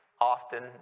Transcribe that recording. often